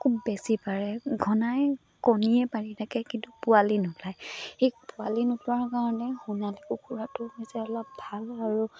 খুব বেছি পাৰে ঘনাই কণীয়ে পাৰি থাকে কিন্তু পোৱালি নোলায় সেই পোৱালি নোলোৱাৰ কাৰণে সোণালে কুকুৰাটো হৈছে অলপ ভাল আৰু